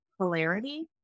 polarity